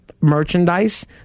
merchandise